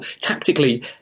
tactically